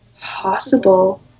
possible